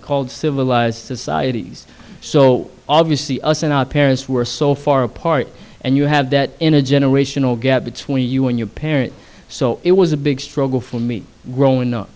called civilized societies so obviously us and our parents were so far apart and you have that in a generational gap between you and your parents so it was a big struggle for me growing up